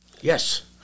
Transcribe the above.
Yes